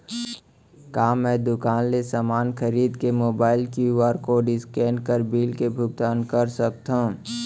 का मैं दुकान ले समान खरीद के मोबाइल क्यू.आर कोड स्कैन कर बिल के भुगतान कर सकथव?